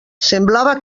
semblava